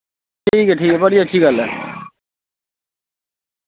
ठीक ऐ ठीक ऐ बड़ी अच्छी गल्ल ऐ